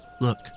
look